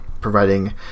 Providing